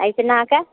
आ इचनाके